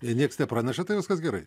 jei nieks nepraneša tai viskas gerai